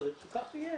צריך שכך יהיה.